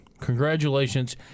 congratulations